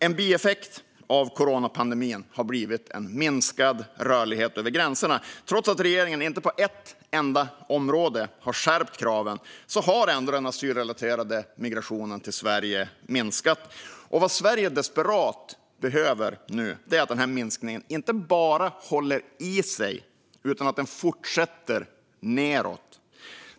En bieffekt av coronapandemin har blivit en minskad rörlighet över gränserna. Trots att regeringen inte på ett enda område skärpt kraven har ändå den asylrelaterade migrationen till Sverige minskat. Och vad Sverige desperat behöver nu är att den här minskningen inte bara håller i sig utan att den fortsätter nedåt.